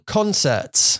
Concerts